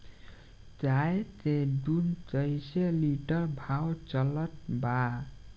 गाय के दूध कइसे लिटर भाव चलत बा?